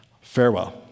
Farewell